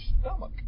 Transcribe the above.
stomach